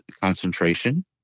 concentration